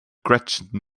gretchen